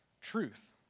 truth